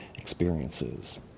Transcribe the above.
experiences